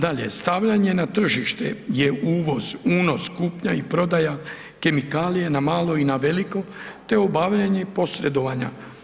Dalje, stavljanje na tržište je uvoz, unos, kupnja i prodaja kemikalije na malo i na veliko, te obavljanje posredovanja.